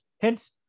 Hence